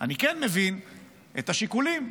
אני כן מבין את השיקולים.